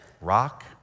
Rock